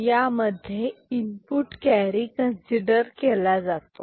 यामध्ये input carry consider केला जातो